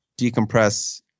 decompress